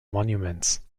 monuments